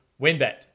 WinBet